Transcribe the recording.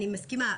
אני מסכימה,